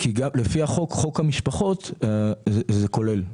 לפי חוק המשפחות זה כולל.